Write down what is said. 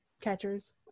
catchers